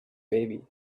baby